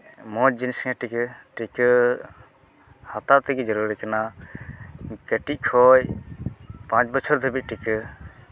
ᱢᱚᱡᱽ ᱡᱤᱱᱤᱥ ᱠᱟᱱᱟ ᱴᱤᱠᱟᱹ ᱴᱤᱠᱟᱹ ᱦᱟᱛᱟᱣ ᱛᱮᱜᱮ ᱡᱟᱹᱨᱩᱲᱤ ᱠᱟᱱᱟ ᱠᱟᱹᱴᱤᱡ ᱠᱷᱚᱱ ᱯᱟᱸᱪ ᱵᱚᱪᱷᱚᱨ ᱫᱷᱟᱹᱵᱤᱡ ᱴᱤᱠᱟᱹ